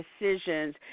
decisions